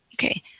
Okay